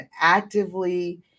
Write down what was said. actively